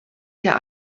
hier